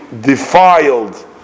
defiled